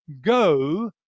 go